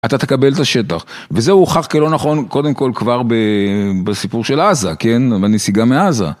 אתה תקבל את השטח, וזה הוכח כלא נכון קודם כל כבר בסיפור של עזה, כן, בנסיגה מעזה.